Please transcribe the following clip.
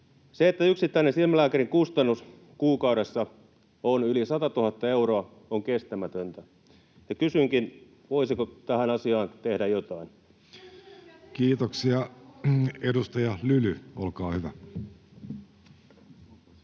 Se, että yksittäinen silmälääkärin kustannus kuukaudessa on yli 100 000 euroa, on kestämätöntä. Kysynkin: voisiko tälle asialle tehdä jotain? [Krista Kiurun välihuuto]